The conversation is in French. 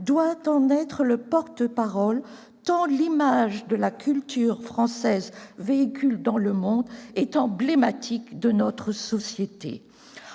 doit en être le porte-voix tant l'image que la culture française véhicule dans le monde est emblématique de notre société.